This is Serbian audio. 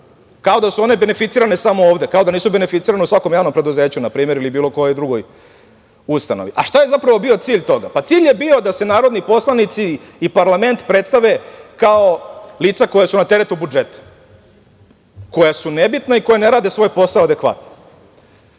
kao da su one beneficirane samo ovde, kao da nisu beneficirane u svakom javnom preduzeću, na primer, ili bilo kojoj drugoj ustanovi. Šta je, zapravo bio cilj toga? Cilj je bio da se narodni poslanici i parlament predstave kao lica koja su na teretu budžeta, koja su nebitna i koja ne rade svoj posao adekvatno.